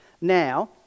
Now